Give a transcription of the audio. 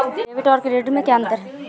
Debit और credit में क्या अंतर है?